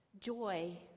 Joy